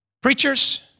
Preachers